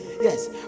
Yes